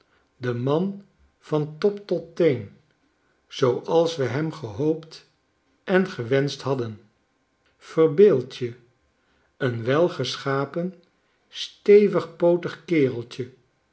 de man van top tot teen zooals we hem gehoopt en gewenscht hadden verbeeld je een welgeschapen stevig pootig kereltje